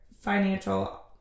financial